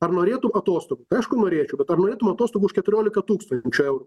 ar norėtum atostogų aišku norėčiaubet ar norėtų atostogų už keturiolika tūkstančių eurų